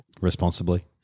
Responsibly